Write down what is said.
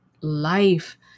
life